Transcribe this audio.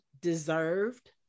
deserved